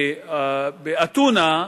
באתונה,